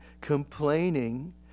complaining